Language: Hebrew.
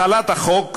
החלת החוק,